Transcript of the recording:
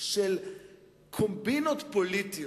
של קומבינות פוליטיות,